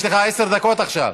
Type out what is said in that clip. יש לך עשר דקות עכשיו.